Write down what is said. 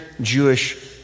Jewish